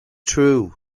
true